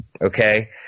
Okay